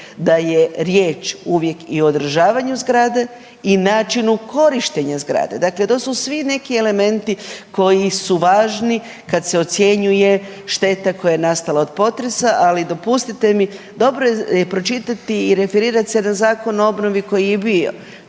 da je riječ uvijek i o održavanju zgrade i načinu korištenja zgrade. Dakle, to su svi neki elementi koji su važni kad se ocjenjuje šteta koja je nastala od potresa. Ali dopustite mi, dobro je pročitati i referirat se na Zakon o obnovi koji je i bio.